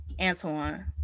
Antoine